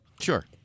Sure